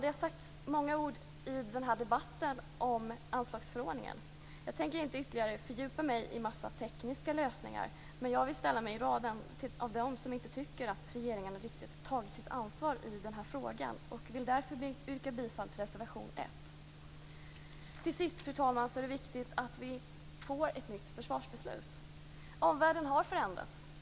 Det har sagts många ord i den här debatten om anslagsförordningen. Jag tänker inte ytterligare fördjupa mig i en massa tekniska lösningar, men jag vill ställa mig i raden av dem som inte tycker att regeringen riktigt tagit sitt ansvar i den här frågan, och jag vill därför yrka bifall till reservation 1. Till sist, fru talman, är det viktigt att vi får ett nytt försvarsbeslut. Omvärlden har förändrats.